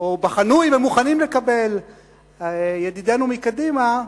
או בחנו אם הם מוכנים לקבל ידידינו מקדימה,